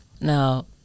now